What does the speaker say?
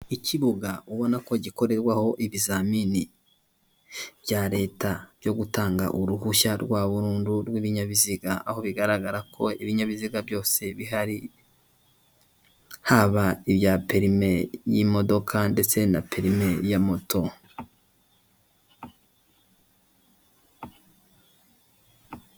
Ikibuga ubona ko gikorerwaho ibizamini bya Leta byo gutanga uruhushya rwa burundu rw'ibinyabiziga, aho bigaragara ko ibinyabiziga byose bihari, haba ibya perime y'imodoka ndetse na perime ya moto.